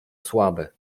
słaby